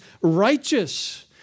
righteous